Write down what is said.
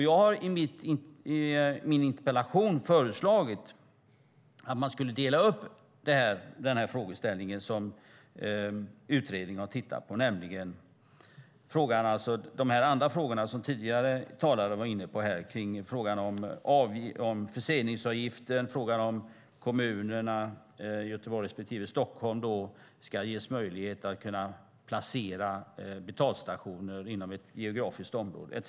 Jag har i min interpellation föreslagit att man skulle dela upp den frågeställningen som utredningen har tittat på, nämligen de frågor som tidigare talare var inne på om förseningsavgiften och om kommunerna Göteborg respektive Stockholm ska ges möjlighet att placera betalstationer inom ett geografiskt område etcetera.